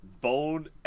bone